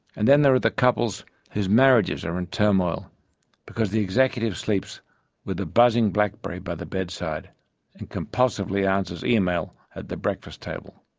and then there are the couples whose marriages are in turmoil because the executive sleeps with a buzzing blackberry by the bedside and compulsively answers email at the breakfast table.